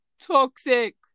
toxic